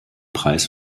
preis